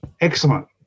Excellent